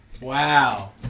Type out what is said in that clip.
Wow